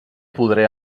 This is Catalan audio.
podré